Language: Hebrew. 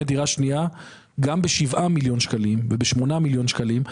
דירה שנייה ב-7 מיליון ₪ או 8 מיליון ₪.